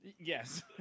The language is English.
Yes